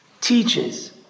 teaches